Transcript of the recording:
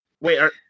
wait